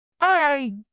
I